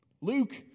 Luke